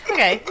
Okay